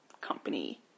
company